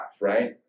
right